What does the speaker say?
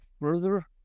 further